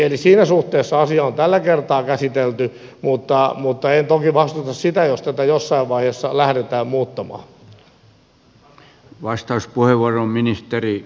eli siinä suhteessa asia on tällä kertaa käsitelty mutta en toki vastusta sitä jos tätä jossain vaiheessa lähdetään muuttamaan